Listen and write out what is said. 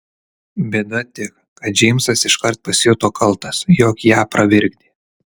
bėda tik kad džeimsas iškart pasijuto kaltas jog ją pravirkdė